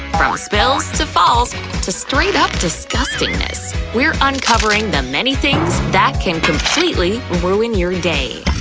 from spills, to falls to straight up disgustingness, we're uncovering the many things that can completely ruin your day.